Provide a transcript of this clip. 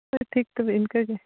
ᱦᱳᱭ ᱴᱷᱤᱠ ᱛᱚᱵᱮ ᱤᱱᱠᱟᱹ ᱜᱮ